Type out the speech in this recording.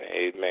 Amen